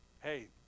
Hey